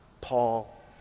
Paul